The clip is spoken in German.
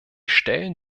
stellen